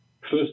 First